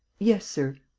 yes, sir.